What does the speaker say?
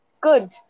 good